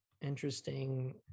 interesting